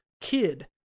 kid